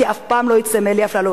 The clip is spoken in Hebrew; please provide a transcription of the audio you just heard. כי אף פעם לא יצאו מאלי אפללו,